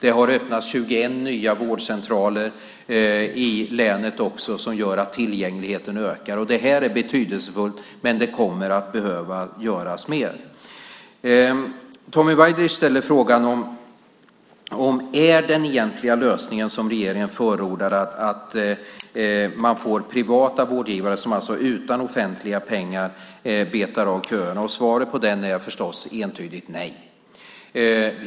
Det har också öppnats 21 nya vårdcentraler i länet, vilket gör att tillgängligheten ökar. Det är betydelsefullt, men det kommer att behöva göras mer. Tommy Waidelich frågar om den egentliga lösningen som regeringen förordar är att man får privata vårdgivare som utan offentliga pengar betar av köerna. Svaret på den frågan är förstås entydigt nej.